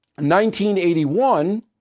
1981